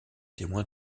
témoin